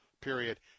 period